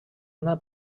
una